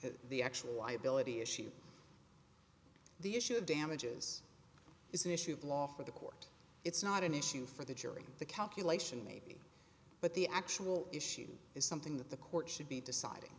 the actual liability issue the issue of damages is an issue of law for the court it's not an issue for the jury the calculation maybe but the actual issue is something that the court should be deciding